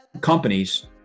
companies